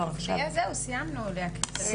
זהו, סיימנו להקריא.